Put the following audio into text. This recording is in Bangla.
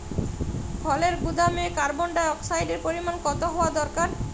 ফলের গুদামে কার্বন ডাই অক্সাইডের পরিমাণ কত হওয়া দরকার?